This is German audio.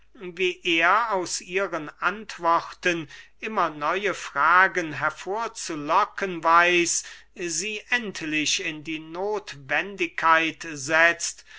wie er aus ihren antworten immer neue fragen hervorzulocken weiß sie endlich in die nothwendigkeit setzt